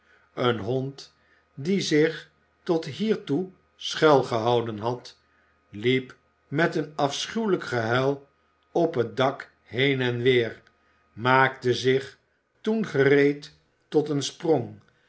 een hond die zich tot hiertoe schuilgehouden had liep met een afschuwelijk gehuil op het dak heen en weer maakte zich toen gereed tot een sprong